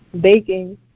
baking